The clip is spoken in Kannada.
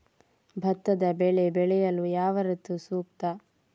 ಭತ್ತದ ಬೆಳೆ ಬೆಳೆಯಲು ಯಾವ ಋತು ಸೂಕ್ತ?